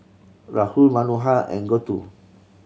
Rahul Manohar and Gouthu